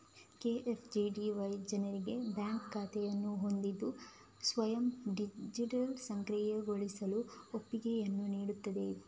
PMGDY ಜನರಿಗೆ bank ಖಾತೆಯನ್ನು ಹೊಂದಿದ್ದು ಸ್ವಯಂ ಡೆಬಿಟ್ ಸಕ್ರಿಯಗೊಳಿಸಲು ಒಪ್ಪಿಗೆಯನ್ನು ನೀಡುತ್ತದೆ